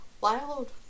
Wild